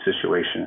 situation